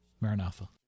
Maranatha